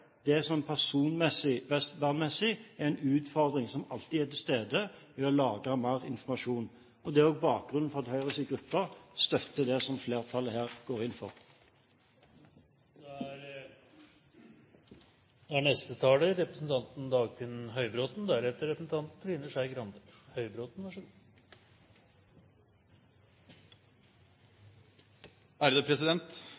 interessant å lagre, og der en kom med en rekke tiltak for å motvirke det som personvernmessig er en utfordring, som alltid er til stede ved å lagre mer informasjon. Det er bakgrunnen for at Høyres gruppe støtter det som flertallet her går inn for. Det